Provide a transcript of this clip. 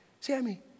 Sammy